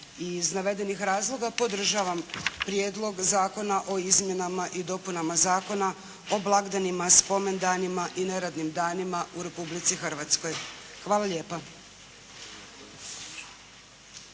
Iz navedenih razloga podržavam Prijedlog zakona o izmjenama i dopunama Zakona o blagdanima, spomendanima i neradnim danima u Republici Hrvatskoj. Hvala lijepa.